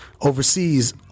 overseas